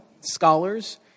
scholars